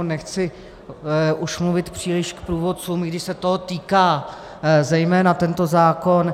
Nechci už mluvit příliš k průvodcům, i když se toho týká zejména tento zákon.